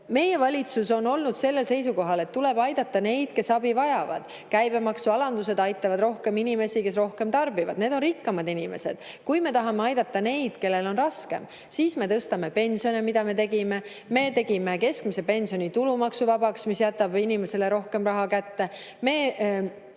Meie valitsus on olnud sellel seisukohal, et tuleb aidata neid, kes abi vajavad. Käibemaksualandused aitavad rohkem inimesi, kes rohkem tarbivad, need on rikkamad inimesed. Kui me tahame aidata neid, kellel on raskem, siis me tõstame pensione, mida me tegime, me tegime keskmise pensioni tulumaksuvabaks, mis jätab inimestele rohkem raha kätte.